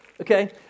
Okay